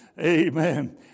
Amen